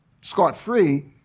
scot-free